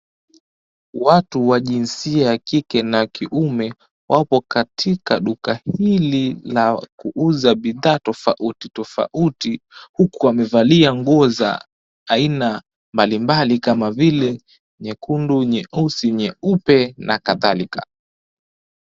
Watu wa jinsia ya kike na kiume wapo katika duka hili la kuuza bidhaa tofauti tofauti huku wamevalia nguo za aina mbali mbali kama vile nyekundu, nyeusi, nyeupe na kadhalika.